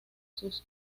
sus